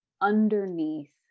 underneath